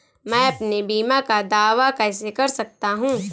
मैं अपने बीमा का दावा कैसे कर सकता हूँ?